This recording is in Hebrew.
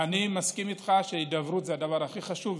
אני מסכים איתך שהידברות זה הדבר הכי חשוב,